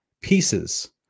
pieces